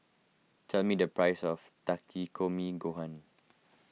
tell me the price of Takikomi Gohan